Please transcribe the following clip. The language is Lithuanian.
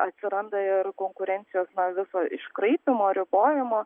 atsiranda ir konkurencijos na viso iškraipymo ribojimo